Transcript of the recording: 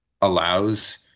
allows